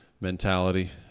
mentality